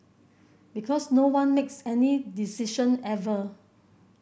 because no one makes any decision ever